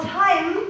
time